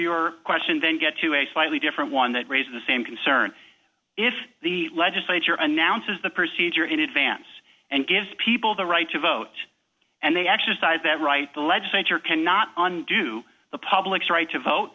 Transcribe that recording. your question then get to a slightly different one that raises the same concern if the legislature announces the procedure in advance and gives people the right to vote and they actually decide that right the legislature cannot do the public's right to vote